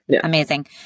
Amazing